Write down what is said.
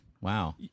wow